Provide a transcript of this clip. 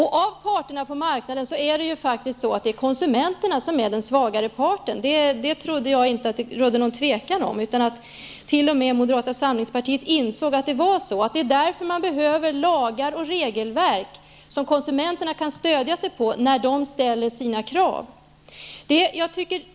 Bland parterna på marknaden är konsumenterna den svagare partnern. Det trodde jag inte rådde någon tvekan. T.o.m. moderata samlingspartiet borde inse att det är så. Det är därför man behöver lagar och regelverk som konsumenterna kan stödja sig på när de ställer sina krav.